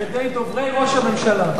על-ידי דוברי ראש הממשלה.